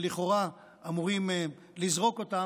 שלכאורה אמורים לזרוק אותם,